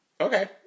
Okay